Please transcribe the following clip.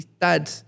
dad